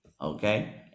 Okay